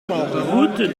route